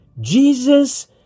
Jesus